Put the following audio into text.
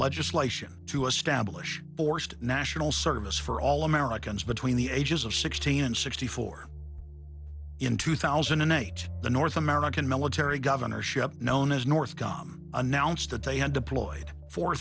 legislation to establish borscht national service for all americans between the ages of sixteen and sixty four and two thousand and eight the north american military governorship known as north gum announced that they had deployed four